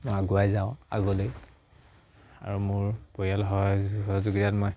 মই আগুৱাই যাওঁ আগলৈ আৰু মোৰ পৰিয়াল সহযোগযোগ মই